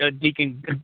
Deacon